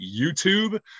YouTube